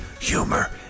humor